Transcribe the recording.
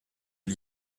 aux